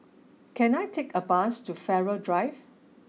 can I take a bus to Farrer Drive